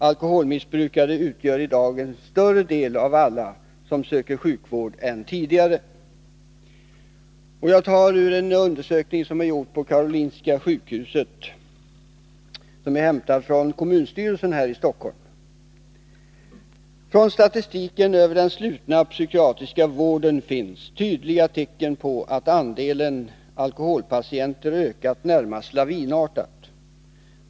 Alkoholmissbrukare utgör idag en större del av alla som söker sjukvård än tidigare.” Jag citerar också ur en undersökning som gjorts på Karolinska sjukhuset och som är hämtad från kommunstyrelsen här i Stockholm: ”Från statistiken över den slutna psykiatriska vården finns —-—-—- tydliga tecken på att andelen alkoholpatienter ökat närmast lavinartat.